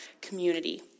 community